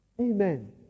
Amen